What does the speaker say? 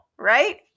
Right